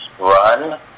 Run